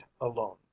alone